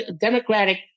democratic